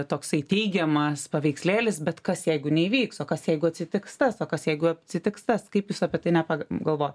toksai teigiamas paveikslėlis bet kas jeigu neįvyks o kas jeigu atsitiks tas o kas jeigu atsitiks tas kaip jūs apie tai nepa galvojot